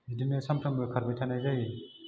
बिदिनो सामफ्रोमबो खारबाय थानाय जायो